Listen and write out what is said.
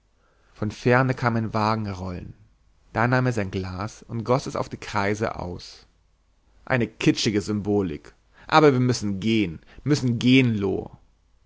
von ferne kam ein wagenrollen da nahm er sein glas und goß es auf die kreise aus eine kitschige symbolik aber wir müssen gehen müssen gehen